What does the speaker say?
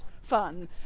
fun